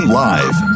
live